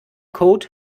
code